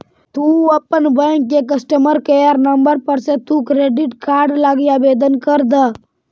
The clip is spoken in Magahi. तु अपन बैंक के कस्टमर केयर नंबर पर से तु क्रेडिट कार्ड लागी आवेदन कर द